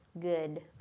good